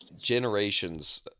generations